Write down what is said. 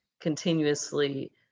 continuously